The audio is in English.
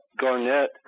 Garnett